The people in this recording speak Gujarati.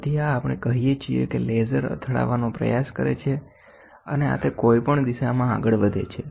તેથી આ આપણે કહીએ છીએ કે લેસર અથડાવાનો પ્રયાસ કરે છે અને આ તે કોઈપણ દિશામાં આગળ વધે છે